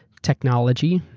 technology,